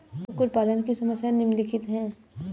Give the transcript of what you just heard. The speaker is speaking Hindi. कुक्कुट पालन की समस्याएँ निम्नलिखित हैं